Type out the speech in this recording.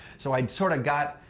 so i sort of got,